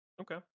Okay